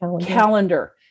calendar